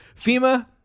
FEMA